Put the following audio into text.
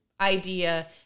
idea